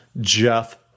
Jeff